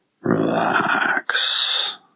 Relax